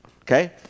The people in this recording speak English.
Okay